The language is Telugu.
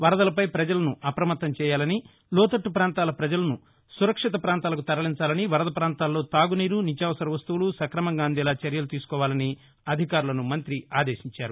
వరదలపై పజలను అప్రమత్తం చేయాలని లోతట్ట పాంతాల ప్రజలను సురక్షిత పాంతాలకు తరలించాలని వరద పాంతాల్లో తాగునీరు నిత్యావసర వస్తువులు సక్రమంగా అందేలా చర్యలు తీసుకోవాలని అధికారులను మంత్రి ఆదేశించారు